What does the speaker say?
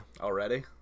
Already